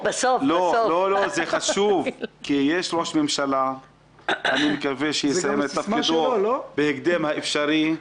זה חשוב כי יש ראש ממשלה שאני מקווה שיסיים את תפקידו בהקדם האפשרי.